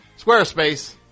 Squarespace